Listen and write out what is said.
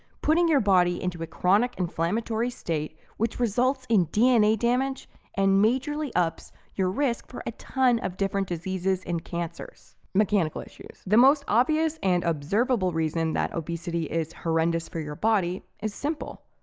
putting your body into a chronic inflammatory state which results in dna damage and majorly ups your risk for a ton of different diseases and cancers. mechanical issues, the most obvious and observable reason that obesity is horrendous for your body is simple,